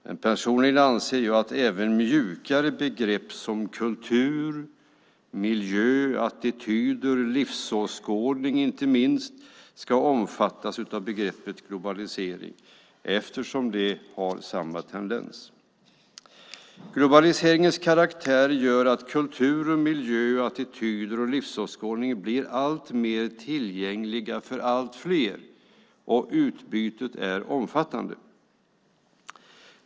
Men personligen anser jag att även mjukare begrepp som kultur, miljö, attityder och inte minst livsåskådning ska omfattas av begreppet globalisering, eftersom de har samma tendens. Globaliseringens karaktär gör att kultur, miljö, attityder och livsåskådning blir alltmer tillgängliga för allt fler och att utbytet är omfattande.